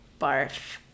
Barf